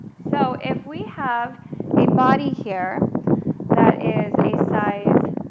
so if we have a body here that is a size